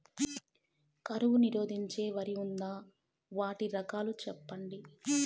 కరువు నిరోధించే వరి ఉందా? వాటి రకాలు చెప్పండి?